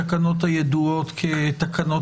התקנות הידועות כתקנות